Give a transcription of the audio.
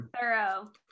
Thorough